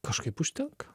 kažkaip užtenka